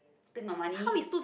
pick my money